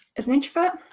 as an introvert,